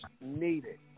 needed